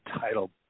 title